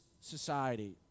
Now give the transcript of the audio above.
society